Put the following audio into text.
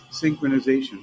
synchronization